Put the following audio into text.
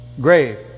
grave